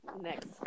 Next